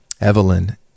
Evelyn